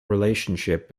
relationship